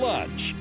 Lunch